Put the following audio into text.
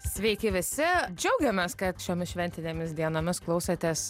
sveiki visi džiaugiamės kad šiomis šventinėmis dienomis klausotės